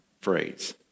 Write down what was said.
phrase